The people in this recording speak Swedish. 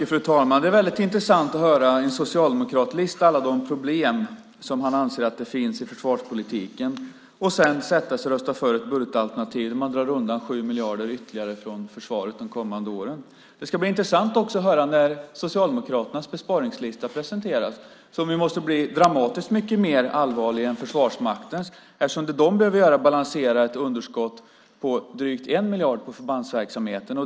Fru talman! Det är väldigt intressant att höra en socialdemokrat lista alla de problem han anser finns i försvarspolitiken och sedan sätta sig och rösta för ett budgetalternativ där man drar undan 7 miljarder ytterligare från försvaret de kommande åren. Det ska också bli intressant att höra när Socialdemokraternas besparingslista presenteras som måste bli dramatiskt mycket mer allvarlig än Försvarsmaktens, eftersom det den behöver göra är att balansera ett underskott på drygt 1 miljard på förbandsverksamheten.